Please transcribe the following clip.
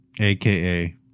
aka